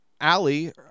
Ali